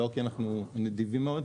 לא כי אנחנו נדיבים מאוד,